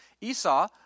Esau